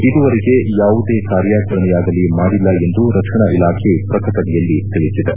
ಇದುವರೆಗೆ ಯಾವುದೇ ಕಾರ್ಯಾಚರಣೆಯಾಗಲೀ ಮಾಡಿಲ್ಲ ಎಂದು ರಕ್ಷಣಾ ಇಲಾಖೆ ಪ್ರಕಟಣೆಯಲ್ಲಿ ತಿಳಿಸಿದೆ